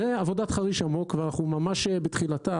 זו עבודת חריש עמוק ואנחנו ממש בתחילתה,